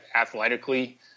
athletically